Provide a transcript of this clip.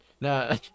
no